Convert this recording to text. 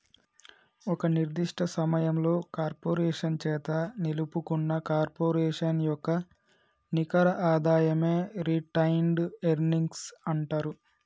ఒక నిర్దిష్ట సమయంలో కార్పొరేషన్ చేత నిలుపుకున్న కార్పొరేషన్ యొక్క నికర ఆదాయమే రిటైన్డ్ ఎర్నింగ్స్ అంటరు